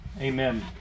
Amen